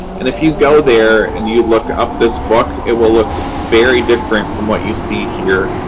and if you go there and you look up this book, it will look very different from what you see here,